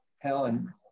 Helen